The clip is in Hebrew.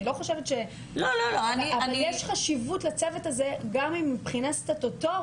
אני לא חושבת ש- -- אבל יש חשיבות לצוות הזה גם אם מבחינה סטטוטורית